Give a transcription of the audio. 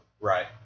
Right